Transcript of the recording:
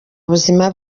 buzima